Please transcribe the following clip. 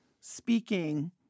speaking